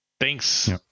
thanks